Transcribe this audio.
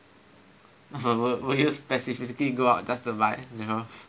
will you specifically go out just to buy you know